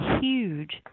huge